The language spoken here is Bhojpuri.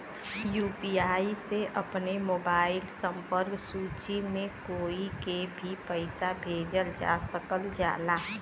यू.पी.आई से अपने मोबाइल संपर्क सूची में कोई के भी पइसा भेजल जा सकल जाला